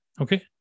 okay